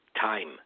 time